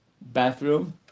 bathroom